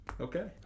Okay